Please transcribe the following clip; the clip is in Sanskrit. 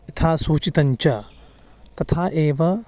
यथासूचितञ्च तथा एव